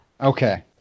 okay